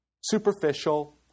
Superficial